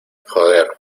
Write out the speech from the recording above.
joder